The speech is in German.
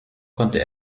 konnte